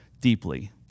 deeply